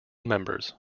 members